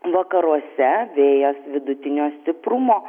vakaruose vėjas vidutinio stiprumo